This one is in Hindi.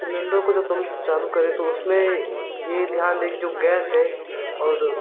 सिलेंडर को जब तुम चालू करे तो उसमें यह ध्यान दें कि जो गैस है और